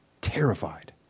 terrified